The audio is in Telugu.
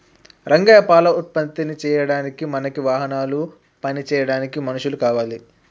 రంగయ్య పాల ఉత్పత్తి చేయడానికి మనకి వాహనాలు పని చేయడానికి మనుషులు కావాలి